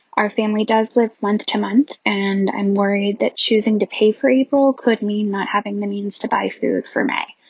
our family does live month to month, and i'm worried that choosing to pay for april could mean not having the means to buy food for may,